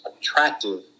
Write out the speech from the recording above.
attractive